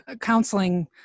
counseling